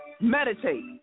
meditate